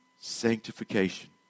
sanctification